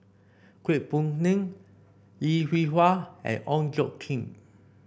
Kwek Hong Png Lim Hwee Hua and Ong Tjoe Kim